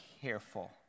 careful